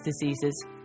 Diseases